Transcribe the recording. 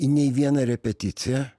į nei vieną repeticiją